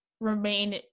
remain